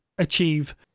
achieve